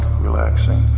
relaxing